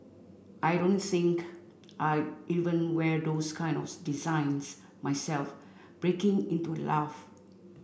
I don't think I even wear those kind of designs myself breaking into a laugh